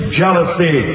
jealousy